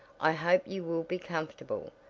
i hope you will be comfortable,